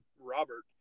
Robert